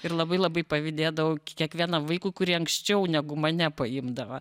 ir labai labai pavydėdavau kiekvienam vaikui kurį anksčiau negu mane paimdava